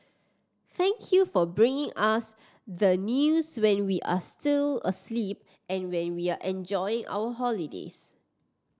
thank you for bringing us the news when we are still asleep and when we are enjoying our holidays